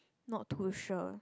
not too sure